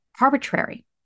arbitrary